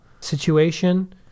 situation